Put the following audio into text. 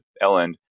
Ellen